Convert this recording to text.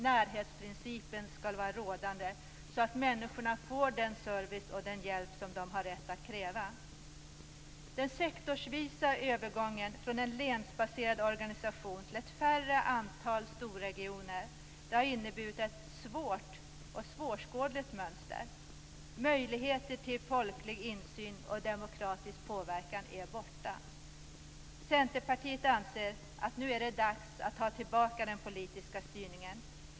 Närhetsprincipen skall vara rådande så att människorna får den service och den hjälp som de har rätt att kräva. Den sektorsvisa övergången från en länsbaserad organisation till ett mindre antal storregioner har inneburit ett svårt och svåröverskådligt mönster. Möjligheter till folklig insyn och demokratisk påverkan är borta. Centerpartiet anser att det nu är dags att ta tillbaka den politiska styrningen.